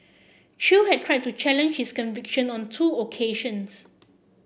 chew had tried to challenge his conviction on two occasions